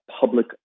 public